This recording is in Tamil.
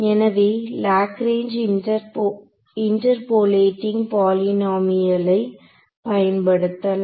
எனவே லேக்ரேஞ்சு இன்டெர்போலேடிங் பாலினாமியலை பயன்படுத்தலாம்